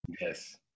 Yes